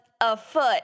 afoot